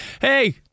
hey